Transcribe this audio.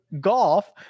golf